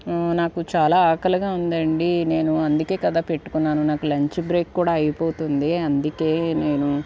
నాకు చాలా ఆకలిగా ఉందండి నేను అందుకే కదా పెట్టుకున్నాను నాకు లంచ్ బ్రేక్ కూడా అయిపోతోంది అందుకే నేను